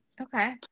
Okay